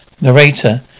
Narrator